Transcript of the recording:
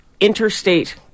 interstate